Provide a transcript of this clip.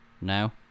Now